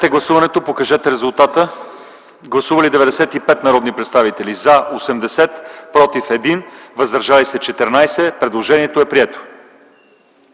Предложението е прието.